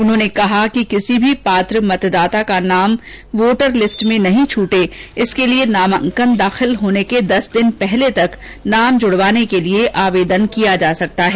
उन्होंने कहा कि किसी भी पात्र मतदाता का नाम वोटर लिस्ट में नहीं छूटे इसके लिए नामांकन दाखिल होने के दस दिन पहले तक नाम जुड़वाने के लिए आवेदन किया जा सकता है